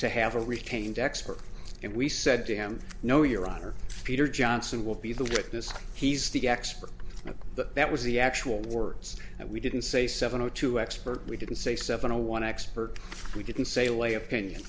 expert and we said to him no your honor peter johnson will be the witness he's the expert but that was the actual words that we didn't say seven o two expert we didn't say seven to one expert we didn't say way opinion